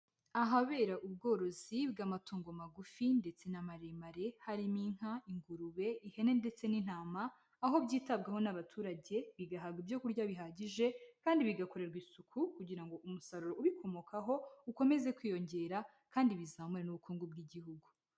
Ahabera ubworozi bw'amatongo magufi ndetse n'amaremare, harimo inka, ingurube, ihene ndetse n'intama, aho byitabwaho n'abaturage, bigahabwa ibyo kurya bihagije kandi bigakorerwa isuku kugira ngo umusaruro ubikomokaho ukomeze kwiyongera kandi bizamure n'ubukungu bw'igihugu.